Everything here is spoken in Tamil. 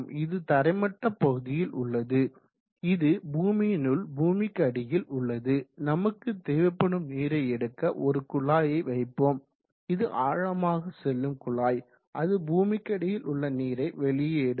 இது தரைமட்ட பகுதியில் உள்ளது இது பூமியினுள் பூமிக்கடியில் உள்ளது நமக்கு தேவைப்படும் நீரை எடுக்க ஒரு குழாயை வைப்போம் இது ஆழமாக செல்லும் குழாய் அது பூமிக்கடியில் உள்ள நீரை வெளியே எடுக்கும்